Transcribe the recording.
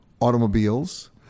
automobiles